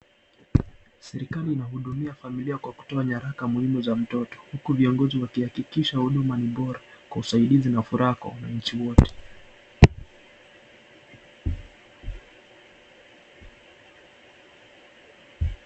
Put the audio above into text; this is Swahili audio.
Serikali inahudumia familia kwa kutoa nyaraka muhimu za mtoto huku viongozi wakihakikisha huduma ni bora kwa usaidizi na furaha kwa wananchi wote.